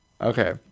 Okay